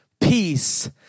peace